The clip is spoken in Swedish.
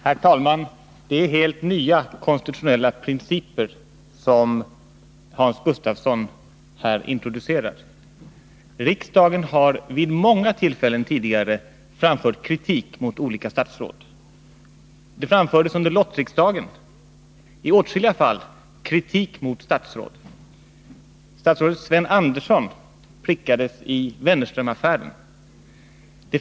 Herr talman! Det är helt nya konstitutionella principer som Hans Gustafsson här introducerar. Riksdagen har vid många tidigare tillfällen framfört kritik mot olika statsråd. Under lotteririksdagen framfördes i åtskilliga fall kritik mot statsråd. Statsrådet Östen Undén prickades i Wennerströmaffären.